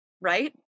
Right